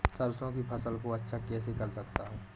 सरसो की फसल को अच्छा कैसे कर सकता हूँ?